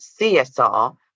CSR